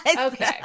Okay